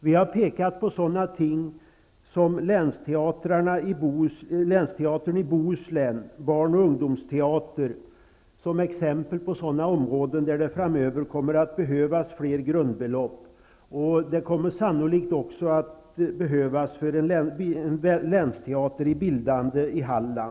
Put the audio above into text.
Vi har pekat på länsteatern i Bohuslän och barn och ungdomsteater som exempel på sådana områden där det framöver kommer att behövas fler grundbelopp. Det kommer sannolikt också att behövas för den länsteater som håller på att bildas i Halland.